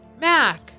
Mac